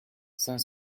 cinq